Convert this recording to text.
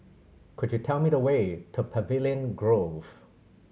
could you tell me the way to Pavilion Grove